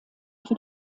für